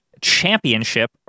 Championship